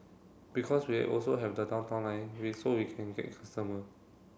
because we are also have the Downtown Line we so we can still get customer